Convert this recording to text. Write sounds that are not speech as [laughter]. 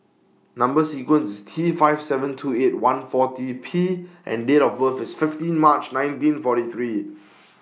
Number sequence IS T five seven two eight one forty P and Date of [noise] birth IS fifteen March nineteen forty three